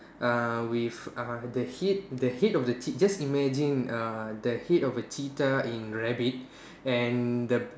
uh with uh the head the head of the chee~ just imagine the head of a cheetah in rabbit and the